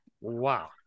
Wow